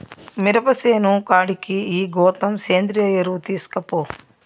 మిరప సేను కాడికి ఈ గోతం సేంద్రియ ఎరువు తీస్కపో